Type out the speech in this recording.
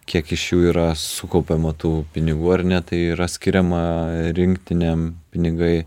kiek iš jų yra sukaupiama tų pinigų ar ne tai yra skiriama rinktinėm pinigai